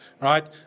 right